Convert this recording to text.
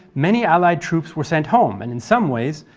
many allied troops were sent home and in some ways,